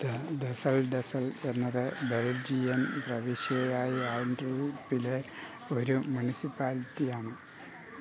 ഡെസൽ Dessel എന്നത് Belgian പ്രവിശ്യയായ ആൻഡ്ര്യൂപ്പിലെ ഒരു മുനിസിപ്പാലിറ്റിയാണ്